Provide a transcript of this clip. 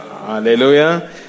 Hallelujah